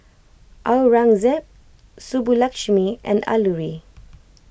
Aurangzeb Subbulakshmi and Alluri